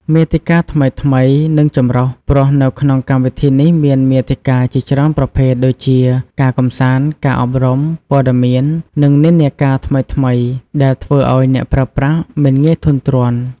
មាតិកាថ្មីៗ និងចម្រុះ ព្រោះនៅក្នុងកម្មវិធីនេះមានមាតិកាជាច្រើនប្រភេទដូចជា ការកម្សាន្ត ការអប់រំ ព័ត៌មាន និងនិន្នាការថ្មីៗ ដែលធ្វើឱ្យអ្នកប្រើប្រាស់មិនងាយធុញទ្រាន់។